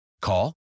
Call